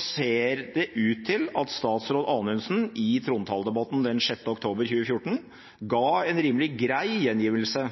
ser det ut til at statsråd Anundsen i trontaledebatten den 6. oktober 2014 ga en rimelig grei gjengivelse